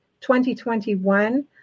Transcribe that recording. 2021